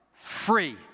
free